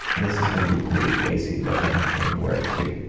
and this is gonna be pretty lacy looking when you wear it too.